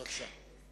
בבקשה.